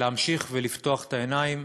להמשיך ולפתוח את העיניים,